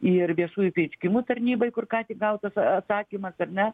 ir viešųjų pirkimų tarnybai kur ką tik gautas atsakymas ar ne